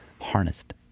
harnessed